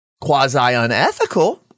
quasi-unethical